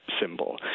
symbol